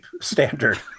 standard